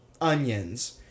onions